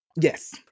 yes